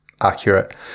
accurate